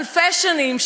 אלפי שנים,